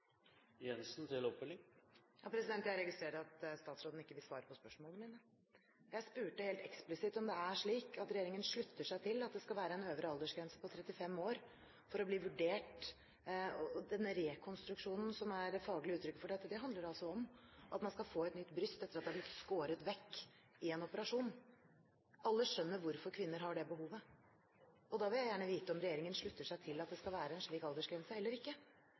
Jeg registrerer at statsråden ikke vil svare på spørsmålene mine. Jeg spurte helt eksplisitt om det er slik at regjeringen slutter seg til at det skal være en øvre aldersgrense på 35 år for å bli vurdert. Denne rekonstruksjonen, som er det faglige uttrykket for dette, handler altså om at man skal få et nytt bryst etter at brystet er blitt skåret vekk i en operasjon. Alle skjønner hvorfor kvinner har det behovet. Jeg vil gjerne vite om regjeringen slutter seg til at det skal være en slik aldersgrense, eller ikke,